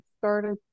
started